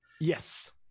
Yes